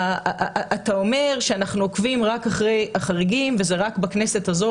אתה אומר שאנחנו עוקבים רק אחרי החריגים וזה רק בכנסת הזו,